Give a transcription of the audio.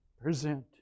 present